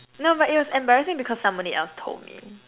no but it was embarrassing because somebody else told me